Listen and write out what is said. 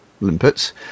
limpets